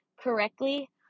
correctly